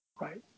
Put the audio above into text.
Right